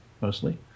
mostly